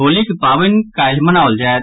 होलीक पावनि काल्हि मनाओल जायत